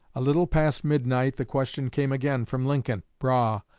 a little past midnight the question came again from lincoln, brough,